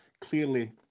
clearly